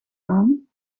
aan